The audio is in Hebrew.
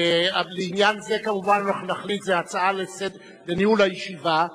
לעניין זה, כמובן אנחנו נחליט בניהול הישיבה.